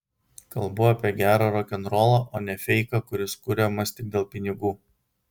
kalbu apie gerą rokenrolą o ne feiką kuris kuriamas tik dėl pinigų